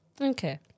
Okay